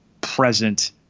present